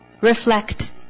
Reflect